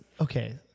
okay